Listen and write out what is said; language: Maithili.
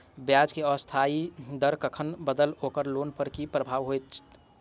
ब्याज केँ अस्थायी दर कखन बदलत ओकर लोन पर की प्रभाव होइत?